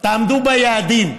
תעמדו ביעדים,